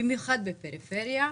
במיוחד בפריפריה.